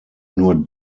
nur